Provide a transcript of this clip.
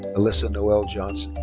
alyssa noelle johnson.